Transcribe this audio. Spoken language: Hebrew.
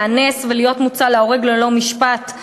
להיאנס ולהיות מוצא להורג ללא משפט".